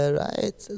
right